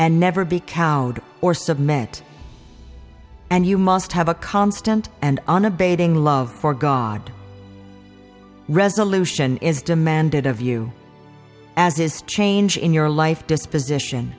and never be cowed or submit and you must have a constant and unabating love for god resolution is demanded of you as his change in your life disposition